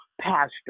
pastor